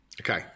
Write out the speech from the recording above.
okay